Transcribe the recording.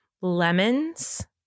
lemons